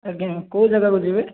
ଆଜ୍ଞା କେଉଁ ଯାଗାକୁ ଯିବେ